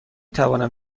توانم